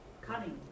Cunning